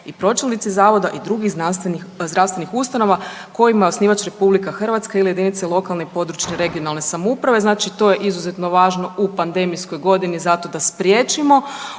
i pročelnici zavoda i drugih zdravstvenih ustanova kojima je osnivač RH ili jedinice lokalne i područne (regionalne) samouprave, znači to je izuzetno važno u pandemijskoj godini zato da spriječimo